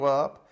up